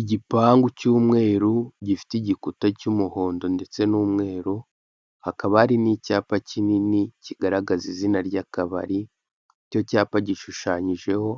Igipangu cy'umweru gifite igikuta cy'umuhondo ndetse n'umweru, hakaba hari n'icyapa kinini kigaragaza izina ry'akabari icyo cyapa gishushanyijeho